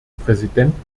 präsident